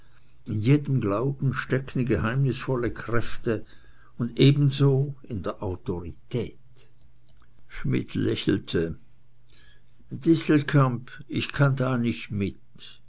jedem glauben stecken geheimnisvolle kräfte und ebenso in der autorität schmidt lächelte distelkamp ich kann da nicht mit